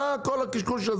מה כל הקשקוש של